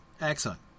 Excellent